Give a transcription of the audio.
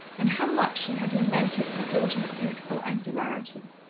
and how much she had lamented her daughter's youthful angularity.